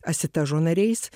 asitažo nariais